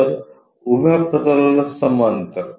तर उभ्या प्रतलाला समांतर